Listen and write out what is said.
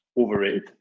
Overrated